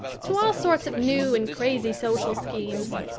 to all sorts of new and crazy social schemes.